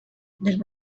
there